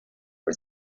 for